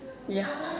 ya